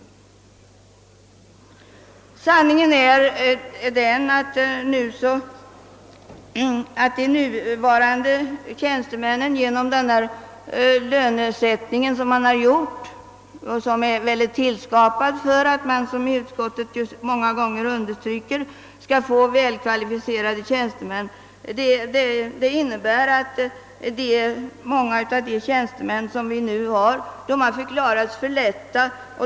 I själva verket har många av de nuvarande tjänstemännen genom den föreslagna lönesättningen, vilken tillkommit för att man, såsom utskottet upprepade gånger understryker, skall få välkvalificerade tjänstemän, förklarats väga för lätt.